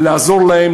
ויש לעזור להם,